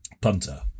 punter